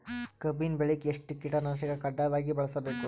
ಕಬ್ಬಿನ್ ಬೆಳಿಗ ಎಷ್ಟ ಕೀಟನಾಶಕ ಕಡ್ಡಾಯವಾಗಿ ಬಳಸಬೇಕು?